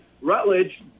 Rutledge